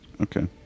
Okay